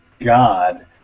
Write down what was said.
God